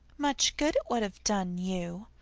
much good it would have done you!